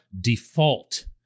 default